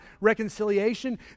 Reconciliation